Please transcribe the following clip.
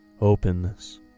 openness